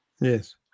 Yes